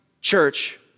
church